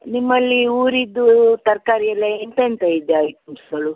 ನಿಮ್ಮಲ್ಲಿ ಊರಿದ್ದು ತರಕಾರಿ ಎಲ್ಲ ಎಂಥೆಂಥ ಇದೆ ಐಟಮ್ಸ್ಗಳು